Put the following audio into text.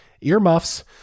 earmuffs